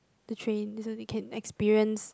the train so they can experience